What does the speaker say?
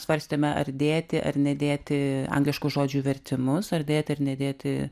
svarstėme ar dėti ar nedėti angliškų žodžių vertimus ar dėti ar nedėti